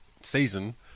season